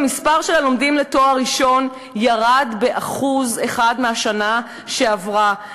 מספר הלומדים לתואר ראשון ירד ב-1% מהשנה שעברה.